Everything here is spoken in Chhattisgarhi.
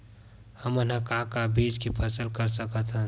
हमन ह का का बीज के फसल कर सकत हन?